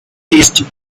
tasty